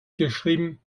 geschrieben